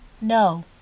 No